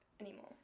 anymore